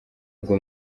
bwo